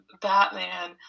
Batman